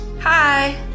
Hi